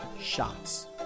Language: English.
shots